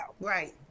Right